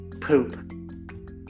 Poop